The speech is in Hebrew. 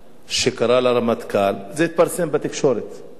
שקרא לרמטכ"ל, זה התפרסם בתקשורת, לא סוד